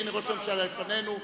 והנה ראש הממשלה לפנינו,